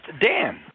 Dan